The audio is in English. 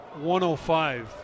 105